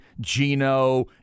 Gino